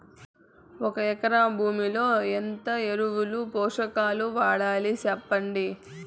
ఒక ఎకరా భూమిలో ఎంత ఎరువులు, పోషకాలు వాడాలి సెప్పండి?